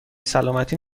سلامتی